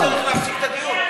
או שצריך להפסיק את הדיון.